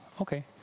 okay